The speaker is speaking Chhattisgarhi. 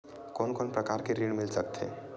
कोन कोन प्रकार के ऋण मिल सकथे?